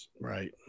Right